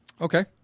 Okay